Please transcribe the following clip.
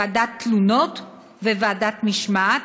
ועדת תלונות וועדת משמעת,